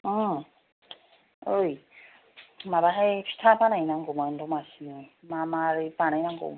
ओ ओइ माबाहाय फिथा बानाय नांगौमोन दमासिनि मा मारै बानायनांगौ